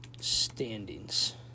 standings